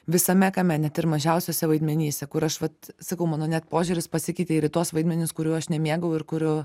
visame kame net ir mažiausiuose vaidmenyse kur aš vat sakau mano net požiūris pasikeitė ir į tuos vaidmenis kurių aš nemėgau ir kurių